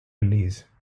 release